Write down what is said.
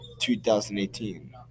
2018